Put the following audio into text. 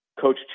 Coach